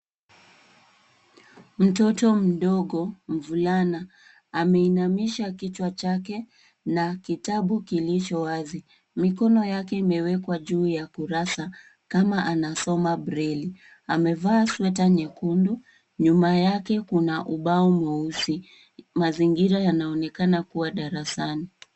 Mtoto mdogo mvulana ameinamisha kichwa chake na kitabu kilicho wazi. Mikono yake imewekwa juu ya kurasa kama anasoma breli. Amevaa sweta nyekundu. Nyuma yake kuna ubao mweusi. Mazingira yanaonekana kuwa darasani.